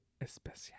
Especial